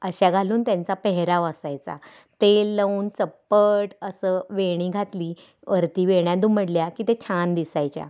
अशा घालून त्यांचा पेहराव असायचा तेल लावून चप्पट असं वेणी घातली वरती वेण्या दुमडल्या की ते छान दिसायच्या